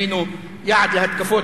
היינו יעד להתקפות,